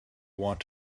want